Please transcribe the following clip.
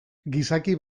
gizaki